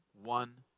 one